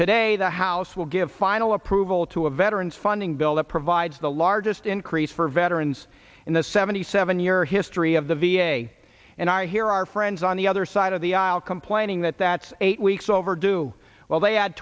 today the house will give final approval to a veterans funding bill that provides the largest increase for veterans in the seventy seven year history of the v a and i hear our friends on the other side of the aisle complaining that that's eight weeks overdue well they